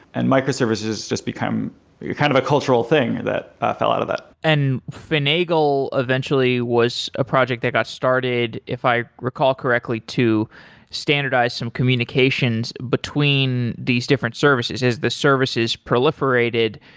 and micro services has just become kind of a cultural thing that fell out of that. and finagle eventually was a project that got started, if i recall correctly, to standardize some communications between these different services. as the services proliferated,